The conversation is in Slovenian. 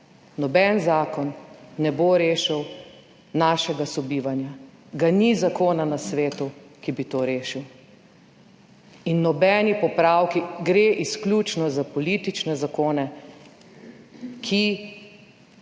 Noben zakon ne bo rešil našega sobivanja, ga ni zakona na svetu, ki bi to rešil. In nobeni popravki. Gre izključno za politične zakone, ki